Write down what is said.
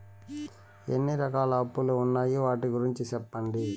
ఎన్ని రకాల అప్పులు ఉన్నాయి? వాటి గురించి సెప్పండి?